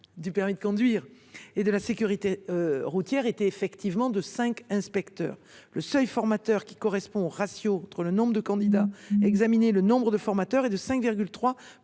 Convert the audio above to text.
du permis de conduire et de la sécurité routière était en effet de 5. Le seuil des formateurs, qui correspond au ratio entre le nombre de candidats à examiner et le nombre de formateurs est de 5,3